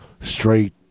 Straight